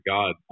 God